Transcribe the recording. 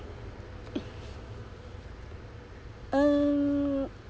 um